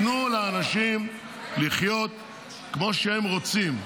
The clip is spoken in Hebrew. תנו לאנשים לחיות כמו שהם רוצים.